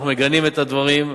אנחנו מגנים את הדברים,